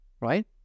right